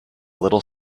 little